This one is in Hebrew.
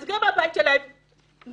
אז גם הבית שלהם נשמר,